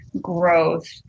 growth